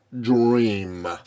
Dream